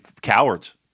cowards